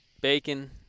bacon